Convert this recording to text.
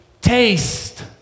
taste